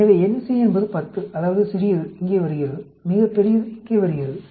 எனவே nc என்பது 10 அதாவது சிறியது இங்கே வருகிறது மிகப்பெரியது இங்கே வருகிறது